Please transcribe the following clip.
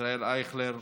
ישראל אייכלר,